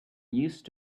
used